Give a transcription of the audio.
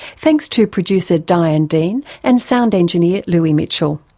thanks to producer diane dean and sound engineer louis mitchell.